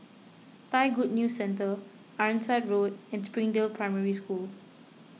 Thai Good News Centre Ironside Road and Springdale Primary School